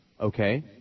Okay